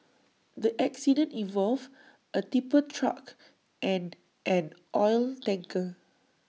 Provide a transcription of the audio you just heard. the accident involved A tipper truck and an oil tanker